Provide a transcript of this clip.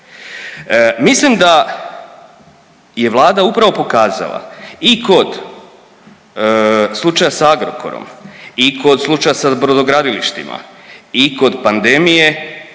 Mislim da je vlada upravo pokazala i kod slučaja sa Agrokorom i kod slučaja sa brodogradilištima i kod pandemije